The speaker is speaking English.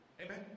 amen